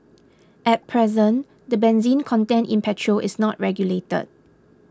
at present the benzene content in petrol is not regulated